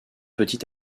petit